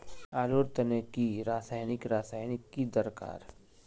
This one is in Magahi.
आलूर तने की रासायनिक रासायनिक की दरकार?